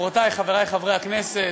חברותי וחברי חברי הכנסת,